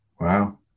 Wow